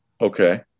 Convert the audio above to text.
Okay